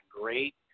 great